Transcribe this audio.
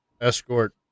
escort